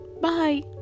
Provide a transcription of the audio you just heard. Bye